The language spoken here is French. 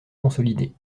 consolidé